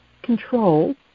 control